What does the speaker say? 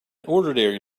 ordinary